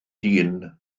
dyn